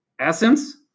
Essence